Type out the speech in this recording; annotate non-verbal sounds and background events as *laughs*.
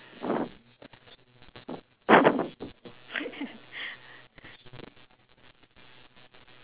*laughs*